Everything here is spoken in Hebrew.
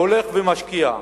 הולך ומשקיע.